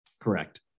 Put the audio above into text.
Correct